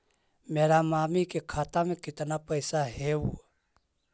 मेरा मामी के खाता में कितना पैसा हेउ?